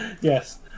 Yes